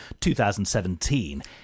2017